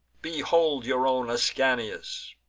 behold your own ascanius!